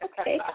Okay